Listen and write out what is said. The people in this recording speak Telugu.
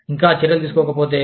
ఇంకా చర్యలు తీసుకోకపోతే